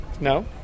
no